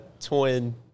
Twin